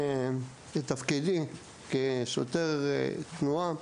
בתפקידי כשוטר תנועה,